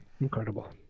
incredible